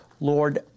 Lord